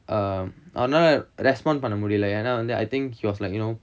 uh அவர்னால:avarnala respond பண்ண முடியல ஏன்னா வந்து:panna mudiyala eanna vanthu then I think he was like you know